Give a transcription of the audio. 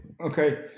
okay